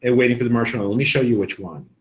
ah waiting for the marshmallow, let me show you which one.